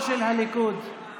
שאלות אני יכולה לענות?